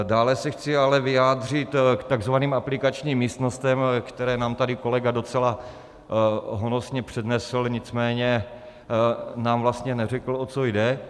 Dále se chci ale vyjádřit k takzvaným aplikačním místnostem, které nám tady kolega docela honosně přednesl, nicméně nám vlastně neřekl, o co jde.